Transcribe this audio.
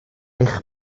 eich